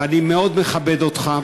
ואני מאוד מכבד אותך,